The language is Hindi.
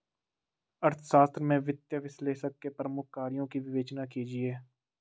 अर्थशास्त्र में वित्तीय विश्लेषक के प्रमुख कार्यों की विवेचना कीजिए